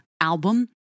album